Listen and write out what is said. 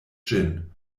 ĝin